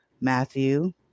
Matthew